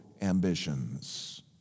ambitions